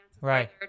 right